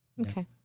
okay